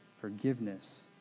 forgiveness